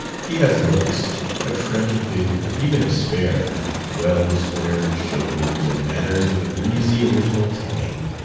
he has looks a trim figure, even if spare well-squared shoulders and manners with a breezy, original tang.